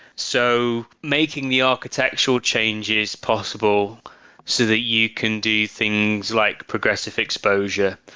so making the architectural changes possible so that you can do things like progressive exposure.